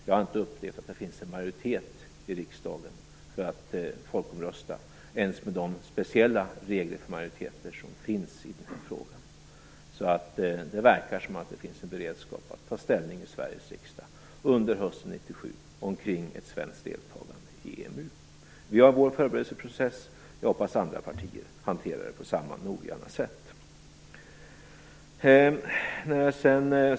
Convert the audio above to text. Jag har inte upplevt att det finns en majoritet i riksdagen för att folkomrösta ens med de speciella regler för majoriteter som finns i den här frågan. Det verkar som om det finns en beredskap för att ta ställning i Sveriges riksdag under hösten 1997 omkring ett svenskt deltagande i EMU. Vi har vår förberedelseprocess. Jag hoppas att andra partier hanterar detta på samma noggranna sätt.